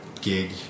gig